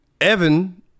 Evan